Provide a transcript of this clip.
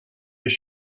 his